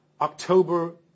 October